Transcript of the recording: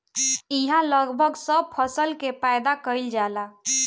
इहा लगभग सब फसल के पैदा कईल जाला